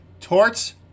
Torts